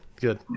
good